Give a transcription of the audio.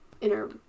inner